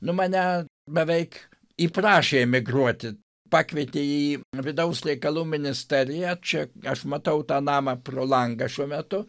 nu mane beveik įprašė emigruoti pakvietė į vidaus reikalų ministeriją čia aš matau tą namą pro langą šiuo metu